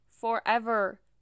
forever